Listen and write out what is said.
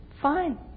fine